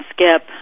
Skip